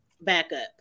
backup